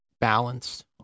balanced